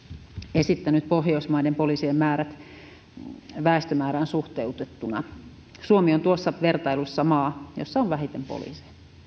esittänyt pohjoismaiden poliisien määrät väestömäärään suhteutettuna suomi on tuossa vertailussa maa jossa on vähiten poliiseja